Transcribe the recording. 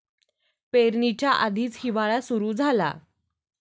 पेरणीच्या आधीच हिवाळा सुरू झाला